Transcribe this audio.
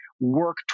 work